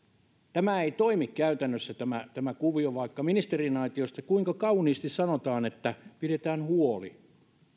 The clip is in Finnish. tämä kuvio ei toimi käytännössä vaikka ministeriaitiosta kuinka kauniisti sanotaan että pidetään huoli